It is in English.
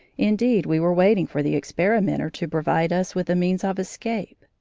indeed we were waiting for the experimenter to provide us with a means of escape,